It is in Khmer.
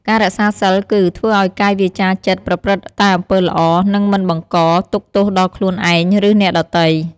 ការរក្សាសីលគឺ ធ្វើឲ្យកាយវាចាចិត្តប្រព្រឹត្តតែអំពើល្អ និងមិនបង្កទុក្ខទោសដល់ខ្លួនឯង ឬអ្នកដទៃ។